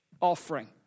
offering